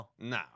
No